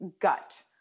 gut